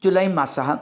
जुलै मासः